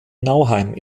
nauheim